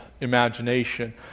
imagination